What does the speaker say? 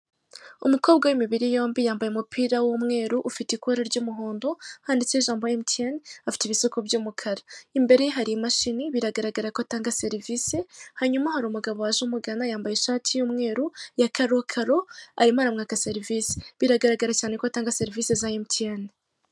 Umukobwa w'imibiri yombi yambaye umupira w'umweru ufite ikora ry'umuhondo wanditseho ijambo Emutiyene afite ibisuko by'umukara, imbereye hari imashini biragaragara ko atanga serivise, hanyuma hari umugabo waje umugana yambaye ishati y'umweru ya karokaro, arimo aramwaka serivise, biragaragara cyane ko atanga serivise za Emutiyeni.